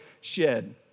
shed